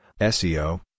SEO